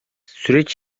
süreç